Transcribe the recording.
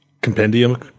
compendium